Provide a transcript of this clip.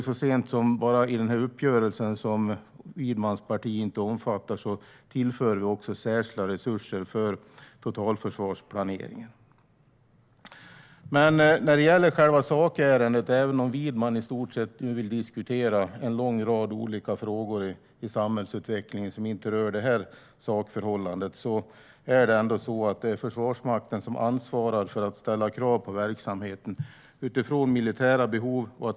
Så sent som i den uppgörelse som Widmans parti inte omfattar tillför vi också särskilda resurser för totalförsvarsplaneringen. När det gäller själva sakärendet - även om Widman vill diskutera en lång rad olika frågor i samhällsutvecklingen som inte rör det här sakförhållandet - är det ändå Försvarsmakten som ansvarar för att ställa krav på verksamheten utifrån militära behov.